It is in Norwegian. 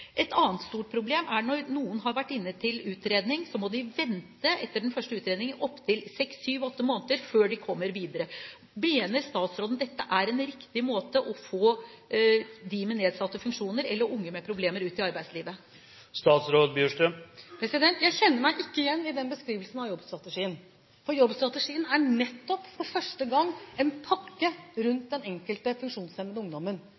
Et annet stort problem er at når noen har vært inne til utredning, må de vente opptil seks, syv, åtte måneder etter den første utredningen før de kommer videre. Mener statsråden dette er en riktig måte å få dem med nedsatte funksjoner eller unge med problemer ut i arbeidslivet? Jeg kjenner meg ikke igjen i den beskrivelsen av jobbstrategien. Jobbstrategien er nettopp – for første gang – en pakke rundt den enkelte funksjonshemmede ungdommen.